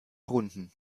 runden